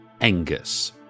Angus